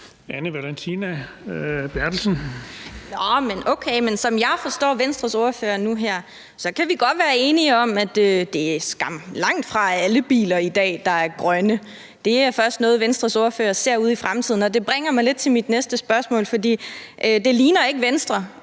Anne Valentina Berthelsen (SF): Okay, men som jeg forstår Venstres ordfører nu her, kan vi godt være enige om, at det skam langtfra er alle biler i dag, der er grønne. Det er først noget, Venstres ordfører ser ude i fremtiden. Og det bringer mig lidt til mit næste spørgsmål, for det ligner ikke Venstre